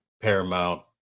Paramount